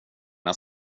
när